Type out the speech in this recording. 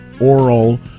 oral